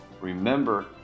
Remember